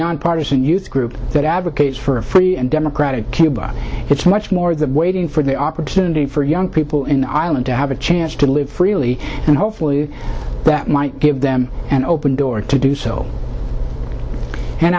nonpartisan youth group that advocates for a free and democratic cuba it's much more than waiting for the opportunity for young people in ireland to have a chance to live freely and hopefully that might give them an open door to do so and